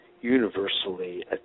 universally